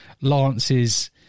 Lance's